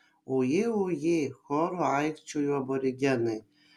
oje oje choru aikčiojo aborigenai